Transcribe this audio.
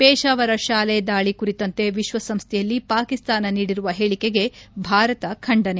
ಪೇಶಾವರ ಶಾಲೆ ದಾಳಿ ಕುರಿತಂತೆ ವಿಶ್ವಸಂಸ್ಥೆಯಲ್ಲಿ ಪಾಕಿಸ್ತಾನ ನೀಡಿರುವ ಹೇಳಿಕೆಗೆ ಭಾರತ ಖಂಡನೆ